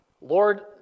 Lord